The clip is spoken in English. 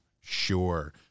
Sure